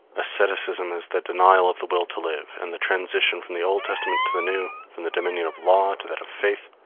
asceticism is the denial of the will to live and the transition from the old testament to the new, from the dominion of law to that of faith,